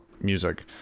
music